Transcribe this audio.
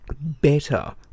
better